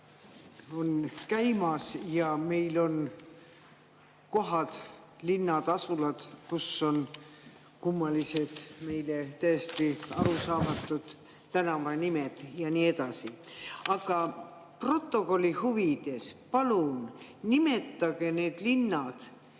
aga meil on kohad, linnad, asulad, kus on kummalised, meile täiesti arusaamatud tänavanimed, ja nii edasi. Aga protokolli huvides, palun nimetage need linnad